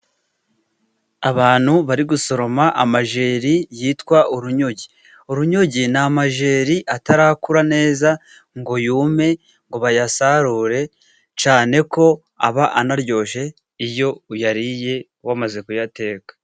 Abantu bari gusoroma amajeri yitwa urunyogwe. Urunyogwe ni amajeri atarakura neza ngo yume, ngo bayasarure, cyane ko aba anaryoshye, iyo uyariye wamaze kuyateka.